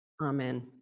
Amen